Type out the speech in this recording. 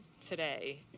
today